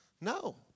No